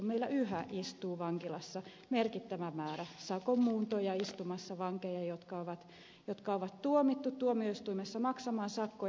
meillä yhä istuu vankilassa merkittävä määrä sakon muuntoja istumassa vankeja jotka on tuomittu tuomioistuimessa maksamaan sakkoja